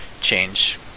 change